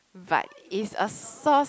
but is a source